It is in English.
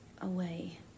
away